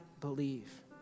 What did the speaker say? believe